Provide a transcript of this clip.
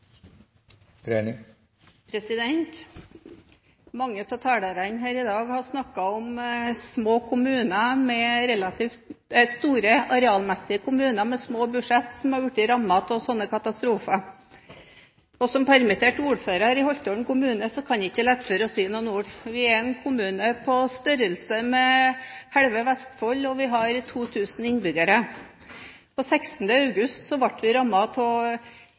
realitetar. Mange av talerne her i dag har snakket om arealmessig store kommuner med små budsjett, som har blitt rammet av sånne katastrofer. Som permittert ordfører i Holtålen kommune kan jeg ikke la være å si noen ord. Vi er en kommune på størrelse med halve Vestfold, og vi har 2 000 innbyggere. Den 16. august 2011 ble vi